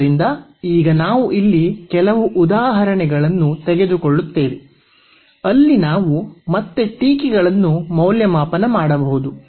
ಆದ್ದರಿಂದ ಈಗ ನಾವು ಇಲ್ಲಿ ಕೆಲವು ಉದಾಹರಣೆಗಳನ್ನು ತೆಗೆದುಕೊಳ್ಳುತ್ತೇವೆ ಅಲ್ಲಿ ನಾವು ಮತ್ತೆ ಟೀಕೆಗಳನ್ನು ಮೌಲ್ಯಮಾಪನ ಮಾಡಬಹುದು